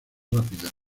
rápidas